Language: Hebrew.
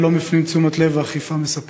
מפנים אליה תשומת לב ואכיפה מספקות: